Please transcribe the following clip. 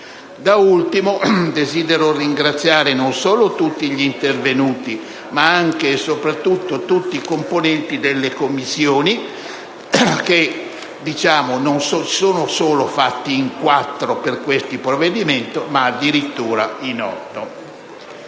Da ultimo, desidero ringraziare non solo tutti gli intervenuti, ma anche e soprattutto i componenti delle Commissioni, che si sono fatti non solo in quattro per questo provvedimento, ma addirittura in otto.